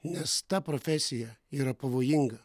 nes ta profesija yra pavojinga